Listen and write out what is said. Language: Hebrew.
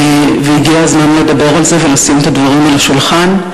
והגיע הזמן לדבר על זה ולשים את הדברים על השולחן: